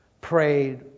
Prayed